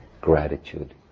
gratitude